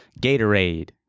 Gatorade